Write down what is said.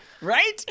right